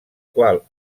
qual